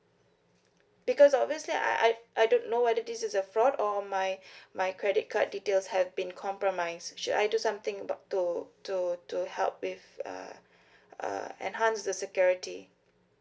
because obviously I I don't know whether this is a fraud or my my credit card details have been compromised should I do something about to to to help with uh uh enhance the security